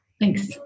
Thanks